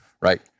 right